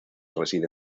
reside